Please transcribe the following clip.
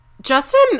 Justin